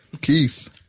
Keith